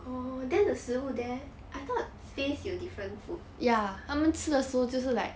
oh then the 食物 there I thought space 有 different food